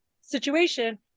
situation